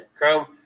Chrome